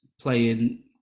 playing